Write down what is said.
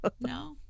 no